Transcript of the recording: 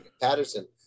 Patterson